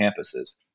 campuses